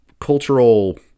cultural